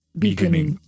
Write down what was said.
beginning